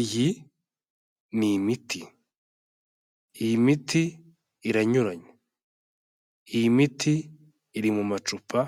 Iyi ni imiti, iyi miti iranyuranye, iyi miti iri mu macupa